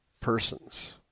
person's